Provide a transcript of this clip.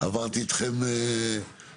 עברתי איתכם חקיקה.